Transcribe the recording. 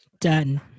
done